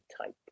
type